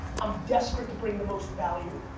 i'm desperate to bring the most value.